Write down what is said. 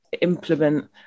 implement